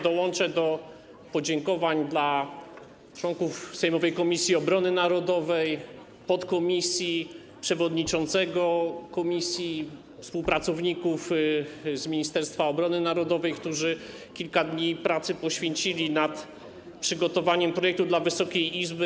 Dołączę do podziękowań dla członków sejmowej Komisji Obrony Narodowej, podkomisji, przewodniczącego komisji, współpracowników z Ministerstwa Obrony Narodowej, którzy kilka dni pracy poświęcili na przygotowanie projektu dla Wysokiej Izby.